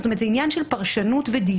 זאת אומרת, זה עניין של פרשנות ודיוק.